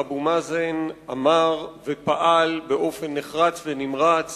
אבו מאזן אמר ופעל באופן נחרץ ונמרץ